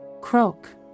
Croak